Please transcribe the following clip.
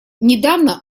недавно